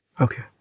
Okay